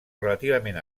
relativament